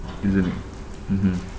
isn't it mmhmm